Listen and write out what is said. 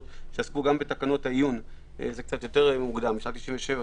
שעסקו גם בתקנות העיון קצת יותר מוקדם בשנת 97',